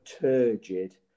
turgid